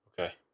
Okay